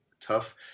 tough